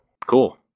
cool